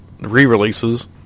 re-releases